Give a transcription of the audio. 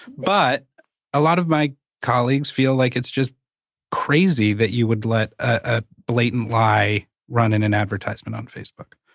but a lot of my colleagues feel like it's just crazy that you would let a blatant lie run in an advertisement on facebook.